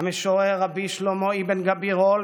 המשורר רבי שלמה אבן גבירול,